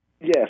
yes